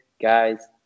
guys